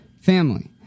family